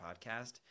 podcast